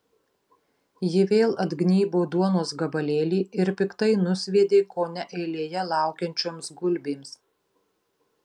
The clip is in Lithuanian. ji vėl atgnybo duonos gabalėlį ir piktai nusviedė kone eilėje laukiančioms gulbėms